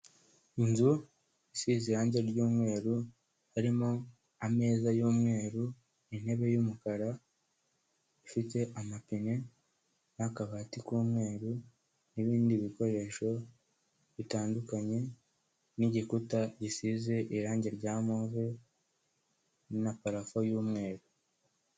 Inzu isize irangi ry'umweru harimo ameza y'umweru, intebe y'umukara ifite amapine, n'akabati k'umweru, n'ibindi bikoresho bitandukanye, n'igikuta gisize irangi rya move na parafo y'umweru.